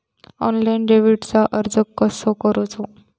Online डेबिटला अर्ज कसो करूचो?